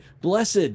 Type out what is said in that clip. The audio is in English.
Blessed